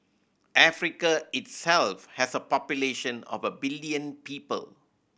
Africa itself has a population of a billion people